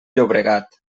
llobregat